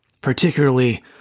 particularly